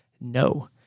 No